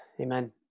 Amen